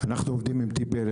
אנחנו עובדים עם טי.פי.אל.